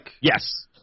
Yes